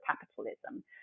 capitalism